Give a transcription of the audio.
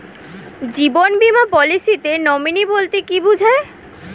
জীবন বীমা পলিসিতে নমিনি বলতে কি বুঝায়?